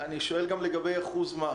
סליחה, אני מבקשת לחדד קצת.